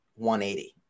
180